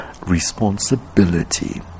responsibility